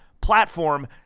platform